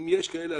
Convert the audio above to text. ואם יש כאלה,